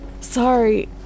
Sorry